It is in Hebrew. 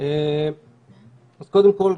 אז קודם כל,